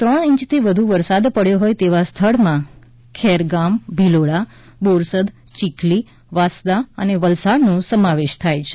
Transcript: ત્રણ ઇંચથી વધુ વરસાદ પડ્યો હોય તેવા સ્થળમાં ખેરગામ ભિલોડા બોરસદ ચીખલી વાંસદા અને વલસાડનો સમાવેશ થાય છે